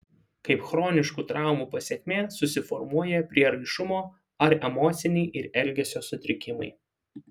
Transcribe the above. kaip chroniškų traumų pasekmė susiformuoja prieraišumo ar emociniai ir elgesio sutrikimai